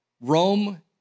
Rome